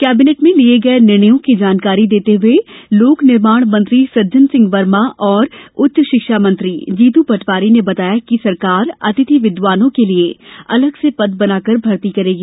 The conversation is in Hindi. कैबिनेट में लिए गये निर्णयों की जानकारी देते हुए लोक निर्माण मंत्री सज्जन सिंह वर्मा और उच्च शिक्षा मंत्री जीतू पटवारी ने बताया कि सरकार अतिथि विद्वानों के लिए अलग से पद बनाकर भर्ती करेगी